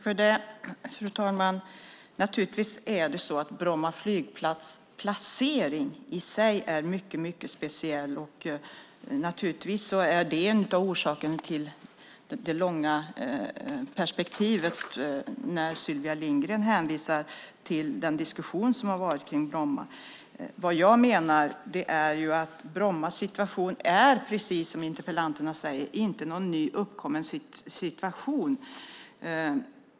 Fru talman! Naturligtvis är Bromma flygplats placering i sig mycket speciell. Det är en av orsakerna till det långa perspektivet när Sylvia Lindgren hänvisar till den diskussion som har förts om Bromma. Precis som interpellanten säger menar jag att Brommas situation inte är någon nyligen uppkommen situation.